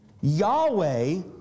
Yahweh